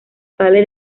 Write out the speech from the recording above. sale